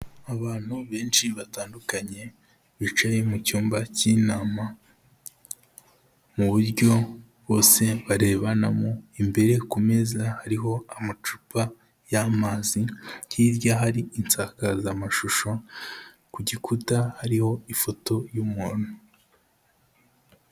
Abantu benshi batandukanye bicaye mu cyumba cy'inama mu buryo bose barebanamo, imbere ku meza hariho amacupa y'amazi, hirya hari insakazamashusho, ku gikuta hariho ifoto y'umuntu.